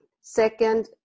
Second